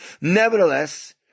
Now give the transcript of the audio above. Nevertheless